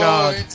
God